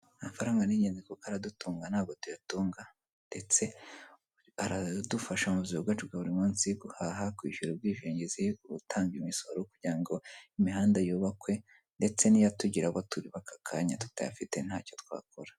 Amafaranga ni ingenzi kuko aradutunga ntabwo tuyatunga. Ndetse aradufasha mubu buzima bwacu bwa buri munsi guhaha kwishyura ubwishingizi ku gutanga imisoro kugirango ngo imihanda yubakwe, ndetse n'yotugira abo turi bakakanyaya tutayafite ntacyo twakora.